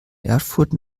erfurt